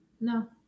No